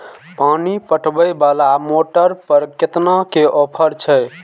पानी पटवेवाला मोटर पर केतना के ऑफर छे?